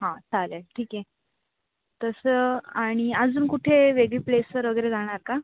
हां चालेल ठीक आहे तसं आणि अजून कुठे वेगळी प्लेसवर वगैरे जाणार का